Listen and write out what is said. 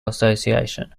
association